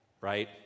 right